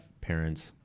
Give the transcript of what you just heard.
parents